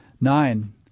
Nine